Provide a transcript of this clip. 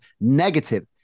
negative